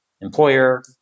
employer